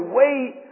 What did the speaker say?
wait